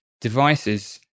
devices